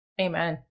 Amen